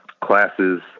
classes